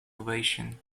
ovation